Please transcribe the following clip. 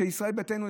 ישראל ביתנו,